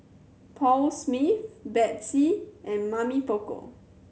Paul Smith Betsy and Mamy Poko